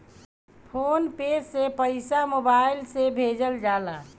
phone पे से पईसा mobile से भेजल जाला